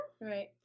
Right